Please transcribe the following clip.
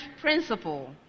principle